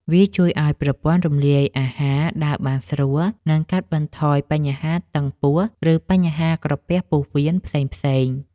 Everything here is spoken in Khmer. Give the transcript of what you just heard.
វាជួយឱ្យប្រព័ន្ធរំលាយអាហារដើរបានស្រួល និងកាត់បន្ថយបញ្ហាតឹងពោះ ឬបញ្ហាក្រពះពោះវៀនផ្សេងៗ។